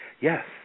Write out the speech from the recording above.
Yes